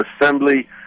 assembly